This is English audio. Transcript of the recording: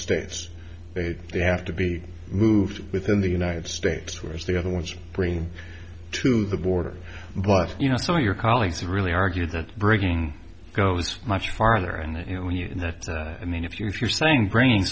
states they have to be moved within the united states whereas the other ones bring to the border but you know some of your colleagues really argue that breaking goes much farther and you know when you're in that i mean if you if you're saying brain